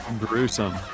gruesome